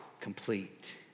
Complete